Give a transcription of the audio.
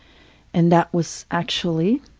and that was actually,